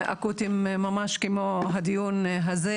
אקוטיים ממש כמו הדיון הזה,